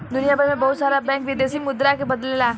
दुनियभर में बहुत सारा बैंक विदेशी मुद्रा के बदलेला